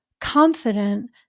confident